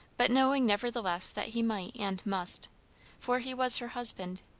but knowing nevertheless that he might and must for he was her husband,